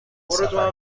سفر